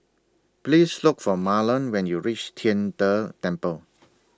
Please Look For Marland when YOU REACH Tian De Temple